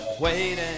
waiting